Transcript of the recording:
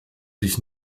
ich